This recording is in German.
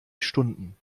stunden